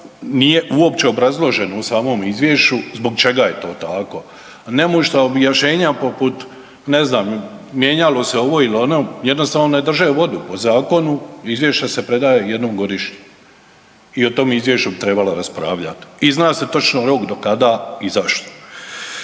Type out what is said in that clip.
nije uopće obrazloženo u samom izvješću zbog čega je to tako, …/nerazumljivo/… objašnjenja poput mijenjalo se ovo ili jednostavno ne drže vodu po zakonu, izvješće se predaje jednom godišnje i o tom izvješću bi trebalo raspravljati i zna se točno rok do kada i zašto.